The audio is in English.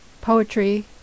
poetry